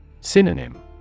Synonym